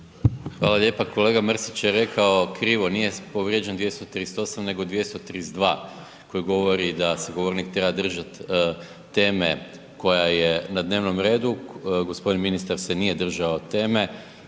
Hvala lijepa. Kolega Mrsić je rekao krivo, nije povrijeđen 238., nego 232. koji govori da se govornik treba držat teme koja je na dnevnom redu, g. ministar se nije držao teme,